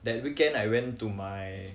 that weekend I went to my